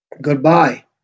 Goodbye